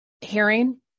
hearing